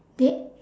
they